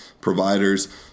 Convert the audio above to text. providers